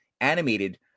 animated